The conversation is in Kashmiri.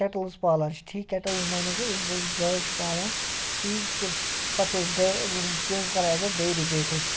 کٮ۪ٹلٕز پالان چھِ ٹھیٖک کٮ۪ٹٕلٕز معنی گٔے یِم زَن أسۍ گاوٕ چھِ پالان ٹھیٖک تِم پَتہٕ چھِ أسۍ کٲم کران ایز اَ ڈیری بیسٕڈ